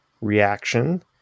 reaction